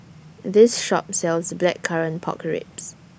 This Shop sells Blackcurrant Pork Ribs